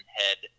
head